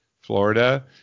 Florida